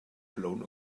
blown